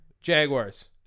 Jaguars